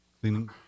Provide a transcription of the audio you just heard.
cleaning